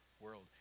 world